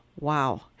Wow